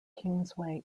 kingsway